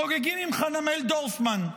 חוגגים עם חנמאל דורפמן.